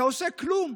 אתה עושה כלום.